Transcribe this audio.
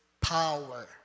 power